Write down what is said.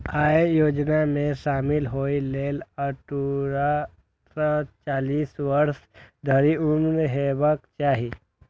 अय योजना मे शामिल होइ लेल अट्ठारह सं चालीस वर्ष धरि उम्र हेबाक चाही